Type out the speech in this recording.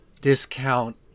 discount